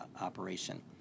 operation